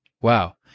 Wow